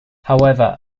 however